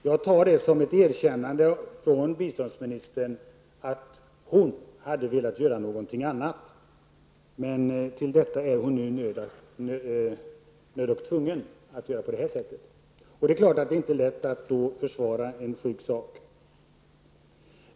Jag tar det som ett erkännande av biståndsministern att hon hade velat göra någonting annat, men till detta är hon nu nödd och tvungen. Det är klart att det då inte är lätt att försvara det -- det är en sjuk sak.